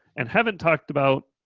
and haven't talked about,